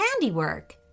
handiwork